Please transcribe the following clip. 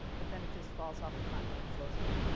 but then it just falls off the continent and flows away.